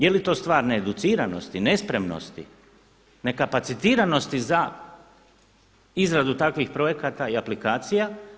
Je li to stvar needuciranosti, nespremnosti, nekapacitiranosti za izradu takvih projekata i aplikacija?